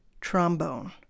trombone